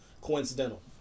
coincidental